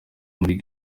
muri